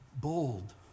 bold